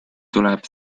tuleb